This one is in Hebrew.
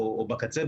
או בקצה,